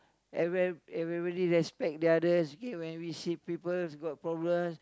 everywhere everybody respect the others okay when we see peoples got problems